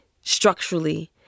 structurally